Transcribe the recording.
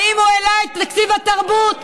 האם הוא העלה את תקציב התרבות?